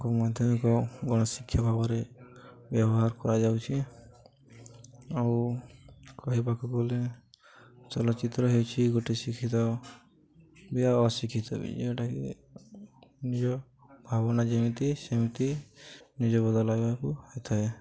ତାଙ୍କ ମାଧ୍ୟମିକ ଗଣଶିକ୍ଷା ଭାବରେ ବ୍ୟବହାର କରାଯାଉଛି ଆଉ କହିବାକୁ ଗଲେ ଚଳଚ୍ଚିତ୍ର ହେଉଛି ଗୋଟେ ଶିକ୍ଷିତ ବି ଆଉ ଅଶିକ୍ଷିତ ବି ଯୋଉଟାକି ନିଜ ଭାବନା ଯେମିତି ସେମିତି ନିଜ ବଦଳାଇବାକୁ ହେଇଥାଏ